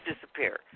disappear